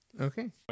Okay